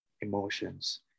emotions